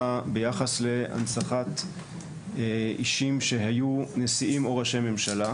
ביחס להנצחת אישים שהיו נשיאים או ראשי ממשלה.